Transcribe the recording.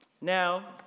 Now